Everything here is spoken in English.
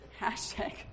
Hashtag